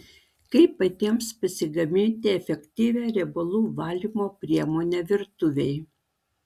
kaip patiems pasigaminti efektyvią riebalų valymo priemonę virtuvei